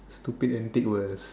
stupid antics was